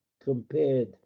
compared